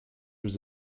was